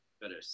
better